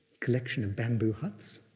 collection of bamboo huts,